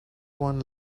one